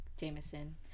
jameson